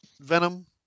Venom